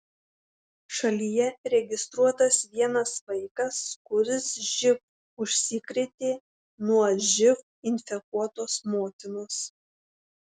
šalyje registruotas vienas vaikas kuris živ užsikrėtė nuo živ infekuotos motinos